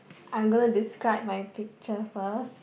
I'm going to describe my picture first